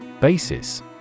Basis